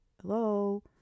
hello